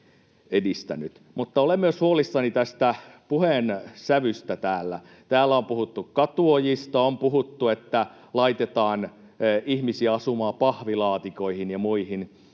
Olen myös huolissani tästä puheen sävystä täällä. Täällä on puhuttu katuojista, on puhuttu, että laitetaan ihmisiä asumaan pahvilaatikoihin ja muihin.